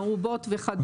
ארובות וכדומה.